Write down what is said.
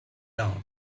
down